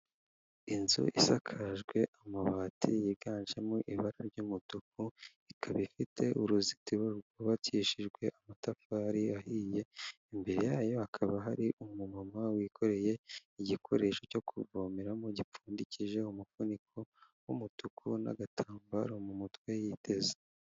Inzu isakajwe amabati yiganjemo ibara ry'umutuku ikaba ifite uruzitiro rwubakishijwe amatafari ahiye, imbere yayo hakaba hari umumama wikoreye igikoresho cyo kuvomeramo gipfundikije umufuniko w'umutuku n'agatambaro mu mutwe yiteze.